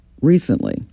recently